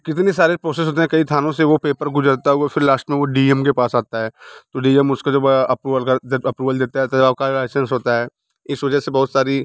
कितने सारे प्रोसेस होते हैं कई थानों से वो पेपर गुज़रता हुआ फिर लाश्ट में वो डी एम के पास आता है तो डी एम उसका जब अप्रूवल कर जब अप्रूवल देता है तो आप का लायसेंस होता है इस वजह से बहुत सारी